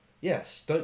Yes